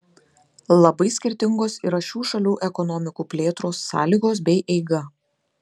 labai skirtingos yra šių šalių ekonomikų plėtros sąlygos bei eiga